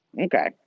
Okay